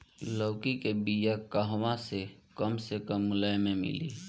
लौकी के बिया कहवा से कम से कम मूल्य मे मिली?